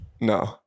No